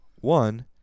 one